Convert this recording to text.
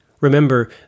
Remember